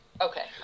Okay